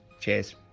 Cheers